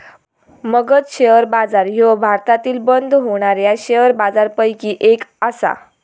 Magadh share बाजार ह्यो भारतातील बंद होणाऱ्या शेअर बाजारपैकी एक आसा